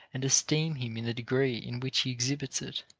and esteem him in the degree in which he exhibits it.